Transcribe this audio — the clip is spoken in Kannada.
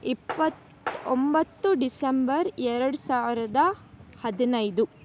ಇಪ್ಪತ್ತ ಒಂಬತ್ತು ಡಿಸಂಬರ್ ಎರಡು ಸಾವಿರದ ಹದಿನೈದು